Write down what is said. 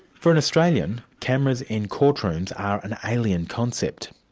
for an australian, cameras in courtrooms are an alien concept.